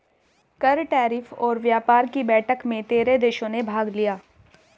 कर, टैरिफ और व्यापार कि बैठक में तेरह देशों ने भाग लिया